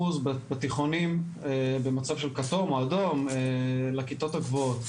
בתיכונים במצב של כתום או אדום לכיתות הגבוהות.